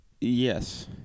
yes